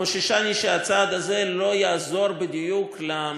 חוששני שהצעד הזה לא בדיוק יעזור למצב